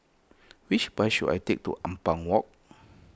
which bus should I take to Ampang Walk